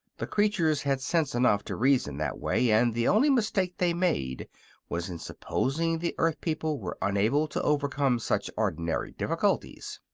the creatures had sense enough to reason that way, and the only mistake they made was in supposing the earth people were unable to overcome such ordinary difficulties.